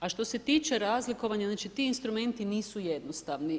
A što se tiče razlikovanja znači ti instrumenti nisu jednostavni.